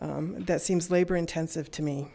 e that seems labor intensive to me